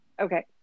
Okay